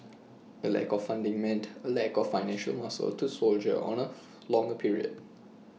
A lack of funding meant A lack of financial muscle to soldier on A longer period